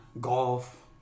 golf